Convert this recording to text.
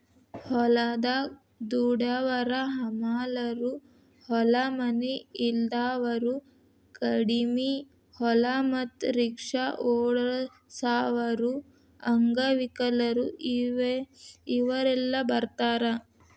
ಹೊಲದಾಗ ದುಡ್ಯಾವರ ಹಮಾಲರು ಹೊಲ ಮನಿ ಇಲ್ದಾವರು ಕಡಿಮಿ ಹೊಲ ಮತ್ತ ರಿಕ್ಷಾ ಓಡಸಾವರು ಅಂಗವಿಕಲರು ಇವರೆಲ್ಲ ಬರ್ತಾರ